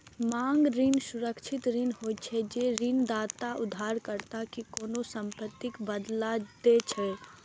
मांग ऋण सुरक्षित ऋण होइ छै, जे ऋणदाता उधारकर्ता कें कोनों संपत्तिक बदला दै छै